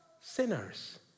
sinners